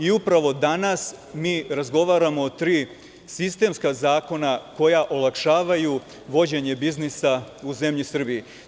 Upravo danas mi razgovaramo o tri sistemska zakona koja olakšavaju vođenje biznisa u zemlji Srbiji.